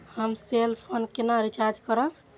हम cell phone केना recharge करब?